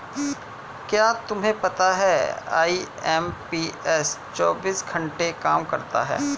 क्या तुम्हें पता है आई.एम.पी.एस चौबीस घंटे काम करता है